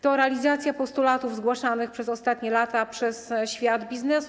To realizacja postulatów zgłaszanych przez ostatnie lata przez świat biznesu.